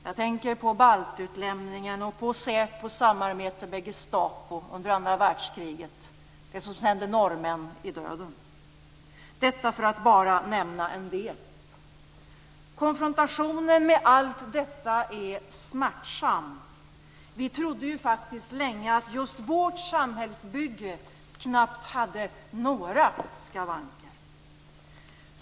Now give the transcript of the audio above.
Jag tänker på baltutlämningen och på SÄPO:s samarbete med Gestapo under andra världskriget - det som sände norrmän i döden - för att bara nämna en del. Konfrontationen med allt detta är smärtsam. Vi trodde ju faktiskt länge att just vårt samhällsbygge knappt hade några skavanker.